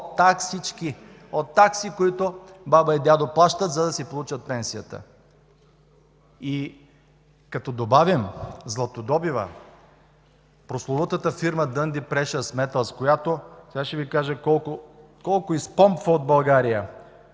от таксички, от такси, които баба и дядо плащат, за да си получат пенсията. Като добавим златодобива – прословутата фирма „Дънди Прешъс Металс”, която, сега ще Ви кажа колко изпомпва от България.